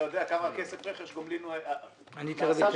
אתה יודע כמה כסף רכש גומלין נעשה שם?